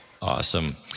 Awesome